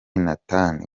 nathan